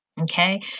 okay